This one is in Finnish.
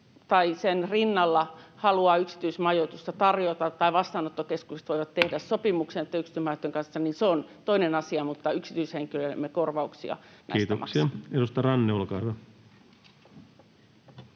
tai sen rinnalla haluaa yksityismajoitusta tarjota, tai vastaanottokeskukset voivat tehdä sopimuksen näitten yksityisten majoittajien kanssa, niin se on toinen asia, mutta yksityishenkilöille emme korvauksia näistä maksa. [Speech 74] Speaker: